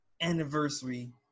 anniversary